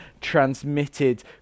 transmitted